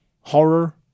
Horror